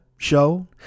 show